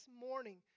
morning